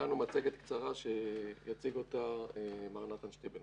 הכנו מצגת קצרה, יציג אותה מר נתן שטיבלמן.